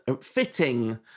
fitting